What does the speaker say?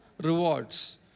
rewards